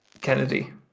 Kennedy